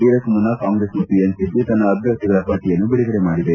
ಇದಕ್ಕೂ ಮುನ್ನ ಕಾಂಗ್ರೆಸ್ ಮತ್ತು ಎನ್ಸಿಪಿ ತನ್ನ ಅಭ್ಯರ್ಥಿಗಳ ಪಟ್ಟಿಯನ್ನು ಬಿಡುಗಡೆ ಮಾಡಿದೆ